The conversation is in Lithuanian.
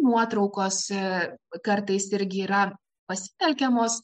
nuotraukos kartais irgi yra pasitelkiamos